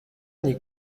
n’y